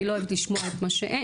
אני לא אוהבת לשמוע את מה שאין,